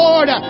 Lord